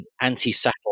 anti-satellite